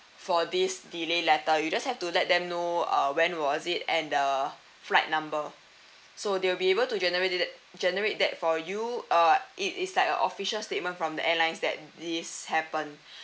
for this delay letter you just have to let them know uh when was it and the flight number so they'll be able to generated generate that for you uh it is like a official statement from the airlines that this happened